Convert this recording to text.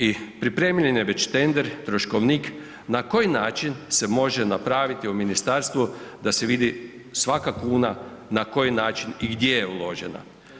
I pripremljen je već tender, troškovnik na koji način se može napraviti u ministarstvu da se vidi svaka kuna na koji način i gdje je uložena.